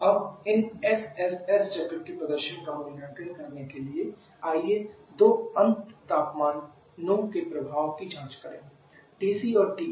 अब इन एसएसएस चक्र के प्रदर्शन का मूल्यांकन करने के लिए आइए दो अंत तापमानों के प्रभाव की जाँच करें TC और TE